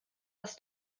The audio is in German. das